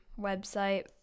website